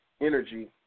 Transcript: energy